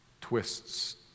twists